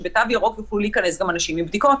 שבתו ירוק יוכלו להיכנס גם אנשים עם בדיקות,